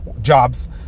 jobs